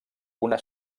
una